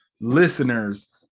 listeners